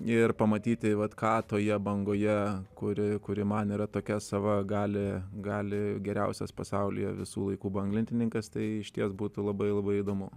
ir pamatyti vat ką toje bangoje kuri kuri man yra tokia sava gali gali geriausias pasaulyje visų laikų banglentininkas tai išties būtų labai labai įdomu